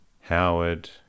Howard